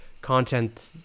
content